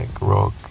rock